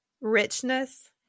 richness